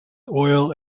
oil